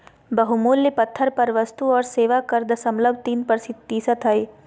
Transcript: बहुमूल्य पत्थर पर वस्तु और सेवा कर दशमलव तीन प्रतिशत हय